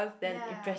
ya